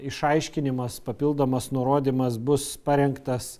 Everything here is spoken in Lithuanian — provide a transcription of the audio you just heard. išaiškinimas papildomas nurodymas bus parengtas